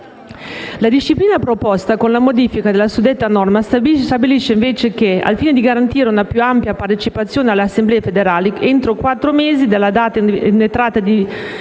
La disciplina proposta con la modifica della suddetta norma stabilisce invece che, al fine di garantire una più ampia partecipazione alle assemblee federali, entro quattro mesi dalla data di entrata in